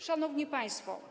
Szanowni Państwo!